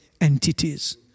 entities